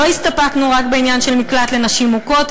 לא הסתפקנו בעניין של מקלט לנשים מוכות,